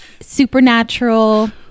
supernatural